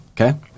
Okay